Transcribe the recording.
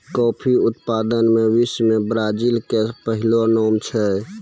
coffee उत्पादन मॅ विश्व मॅ ब्राजील के पहलो नाम छै